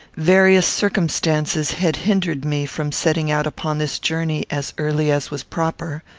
various circumstances had hindered me from setting out upon this journey as early as was proper.